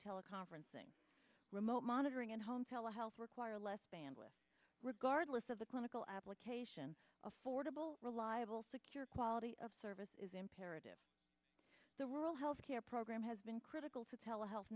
teleconferencing remote monitoring and home telehealth require less bandwidth regardless of the clinical application affordable reliable secure quality of service is imperative the rural health care program has been critical to tell a health